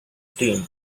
team